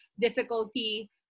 difficulty